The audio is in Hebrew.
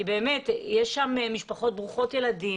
כי באמת יש שם משפחות ברוכות ילדים.